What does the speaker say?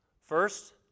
First